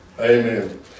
Amen